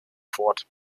fort